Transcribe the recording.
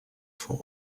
for